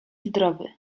zdrowy